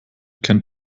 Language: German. kennt